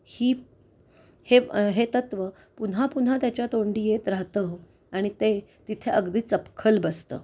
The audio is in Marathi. ही हे तत्त्व पुन्हा पुन्हा त्याच्या तोंडी येत राहतं आणि ते तिथे अगदी चपखल बसतं